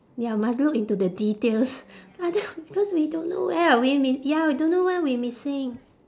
ya must look into the details but then because we don't know where are we miss~ ya we don't know where we missing